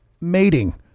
mating